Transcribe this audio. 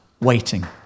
waiting